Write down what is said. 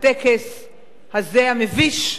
הטקס הזה, המביש,